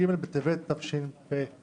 כ"ג בטבת התשפ"ב,